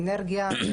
אנרגיה,